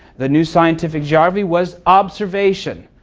the new scientific geography was observation.